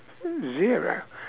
zero